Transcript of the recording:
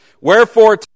Wherefore